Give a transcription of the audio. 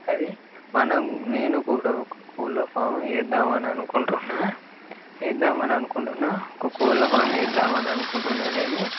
అది మనం నేను కూడా ఒక కోళ్ళ ఫామ్ వేద్దాము అని అనుకుంటున్నాను వేద్దాము అని అనుకుంటున్నాను ఒక కోళ్ళ ఫామ్ వేద్దాము అని అనుకుంటున్నాను నేను